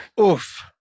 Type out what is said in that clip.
Oof